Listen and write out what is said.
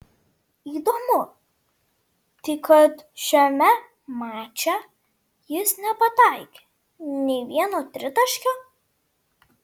įdomu tai kad šiame mače jis nepataikė nei vieno tritaškio